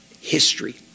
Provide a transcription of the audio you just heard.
History